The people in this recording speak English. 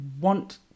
want